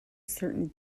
certain